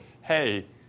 Hey